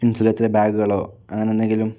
insulator ബാഗുകളോ അങ്ങനെ എന്തെങ്കിലും